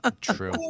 true